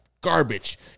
garbage